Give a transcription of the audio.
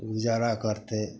गुजारा करतै